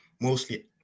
mostly